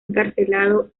encarcelado